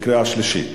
קריאה שלישית.